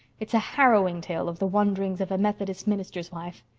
it's a harrowing tale of the wanderings of a methodist minister's wife.